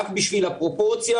רק בשביל הפרופורציה,